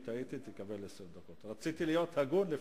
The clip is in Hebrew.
לא רציתם להעביר לוועדה?